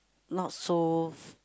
not so